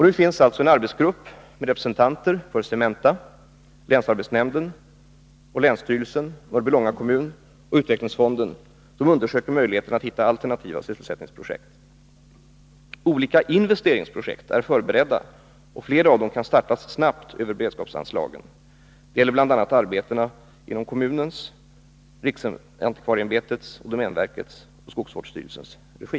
Nu finns det en arbetsgrupp med representanter för Cementa, länsarbetsnämnden, länsstyrelsen, Mörbylånga kommun och utvecklingsfonden som undersöker möjligheterna att hitta alternativa sysselsättningsprojekt. Olika investeringsprojekt är förberedda och flera av dem kan startas snabbt över beredskapsanslagen. Det gäller bl.a. arbeten i kommunens, riksantikvarieämbetets, domänverkets och skogsvårdsstyrelsens regi.